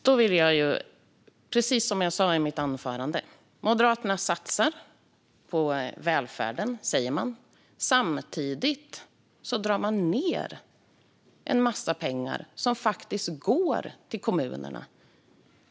Herr talman! Precis som jag sa i mitt anförande säger Moderaterna att man satsar på välfärden, men samtidigt drar man ned på en massa pengar som går till kommunerna.